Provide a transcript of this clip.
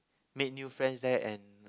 make new friends there and